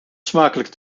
smakelijk